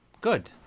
good